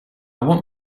want